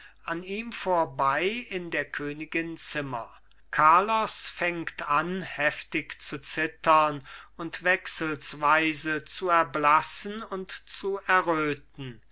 an ihm vorbei in der königin zimmer carlos fängt an heftig zu zittern und wechselsweise zu erblassen und zu erröten